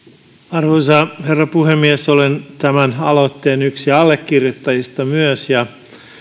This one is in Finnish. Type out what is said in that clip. arvoisa herra puhemies olen yksi tämän aloitteen allekirjoittajista ja